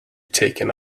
taken